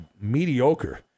mediocre